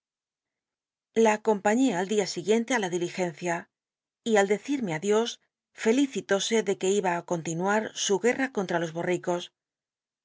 la acompañé al c lia siguicnlc i la dili rnci y al decirme adios fclicitóse de que iba i conliuuat su uct't'a contra los botticos